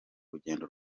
rugendo